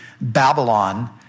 Babylon